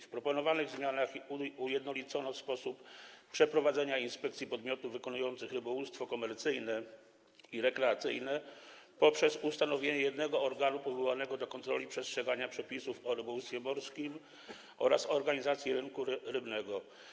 W proponowanych zmianach ujednolicono sposób przeprowadzenia inspekcji podmiotów wykonujących rybołówstwo komercyjne i rekreacyjne poprzez ustanowienie jednego organu powołanego do kontroli przestrzegania przepisów o rybołówstwie morskim oraz o organizacji rynku rybnego.